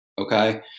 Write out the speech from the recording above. Okay